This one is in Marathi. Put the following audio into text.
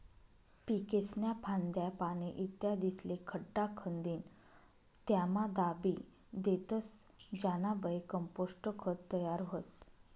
पीकेस्न्या फांद्या, पाने, इत्यादिस्ले खड्डा खंदीन त्यामा दाबी देतस ज्यानाबये कंपोस्ट खत तयार व्हस